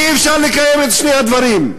אי-אפשר לקיים את שני הדברים,